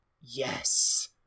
Yes